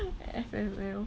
F_M_L